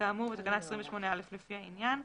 כאמור בתקנה 28א, לפי העניין".